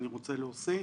אני רוצה להוסיף,